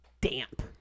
damp